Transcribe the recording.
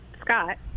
Scott